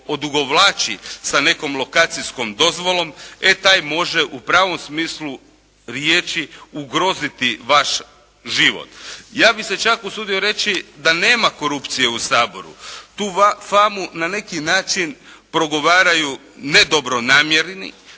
odugovlači sa nekom lokacijskom dozvolom e taj može u pravom smislu riječi ugroziti vaš život. Ja bih se čak usudio reći da nema korupcije u Saboru. Tu famu na neki način progovaraju nedobronamjerni